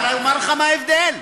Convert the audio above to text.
אבל אומר לך מה ההבדל: